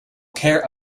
care